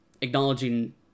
acknowledging